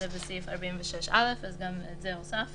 זה בסעיף 46(א) אז גם את זה הוספנו.